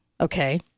Okay